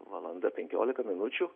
valanda penkiolika minučių